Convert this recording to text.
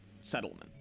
settlement